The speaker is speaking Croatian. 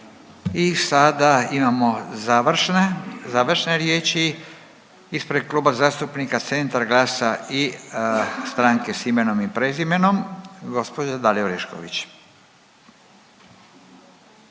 I sada imamo završne, završne riječi. Ispred Kluba zastupnika Centra, GLAS-a i Stranke s imenom i prezimenom, gospođa Dalija Orešković.